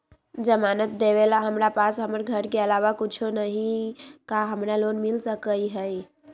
जमानत देवेला हमरा पास हमर घर के अलावा कुछो न ही का हमरा लोन मिल सकई ह?